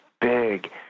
big